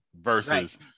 versus